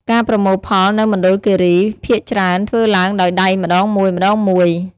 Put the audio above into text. ការប្រមូលផលនៅមណ្ឌលគិរីភាគច្រើនធ្វើឡើងដោយដៃម្ដងមួយៗ។